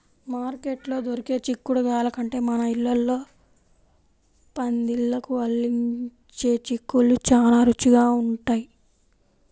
మార్కెట్లో దొరికే చిక్కుడుగాయల కంటే మన ఇళ్ళల్లో పందిళ్ళకు అల్లించే చిక్కుళ్ళు చానా రుచిగా ఉంటయ్